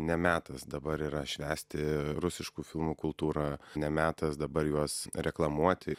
ne metas dabar yra švęsti rusiškų filmų kultūrą ne metas dabar juos reklamuoti